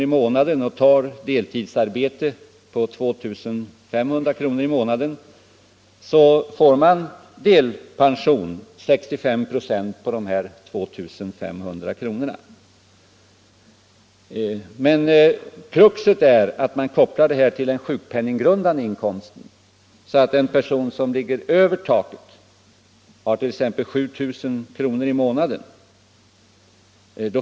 i månaden och tar deltidsarbete för 2500 kr. i månaden, får man i delpension 65 96 på 2500 kr. Kruxet är att pensionsbeloppet har kopplats till den sjukpenninggrundande inkomsten, vilket innebär att en person som ligger över taket — t.ex. har en inkomst på 7000 kr.